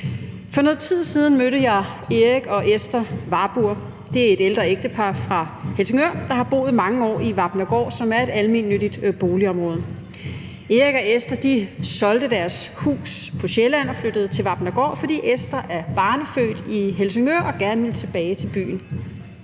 For noget tid siden mødte jeg Erik og Esther Warburg. Det er et ældre ægtepar fra Helsingør, der har boet mange år i Vapnagaard, som er et almennyttigt boligområde. Erik og Esther solgte deres hus på Sjælland og flyttede til Vapnagaard, fordi Esther er barnefødt i Helsingør og gerne ville tilbage til byen.